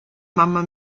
mamma